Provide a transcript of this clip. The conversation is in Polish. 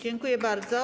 Dziękuję bardzo.